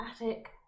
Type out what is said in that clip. attic